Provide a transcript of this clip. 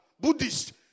Buddhist